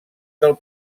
del